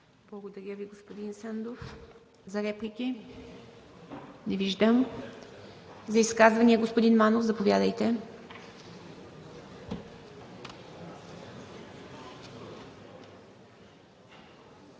Благодаря Ви, господин Сандов. Реплики? Не виждам. Изказвания? Господин Манев, заповядайте.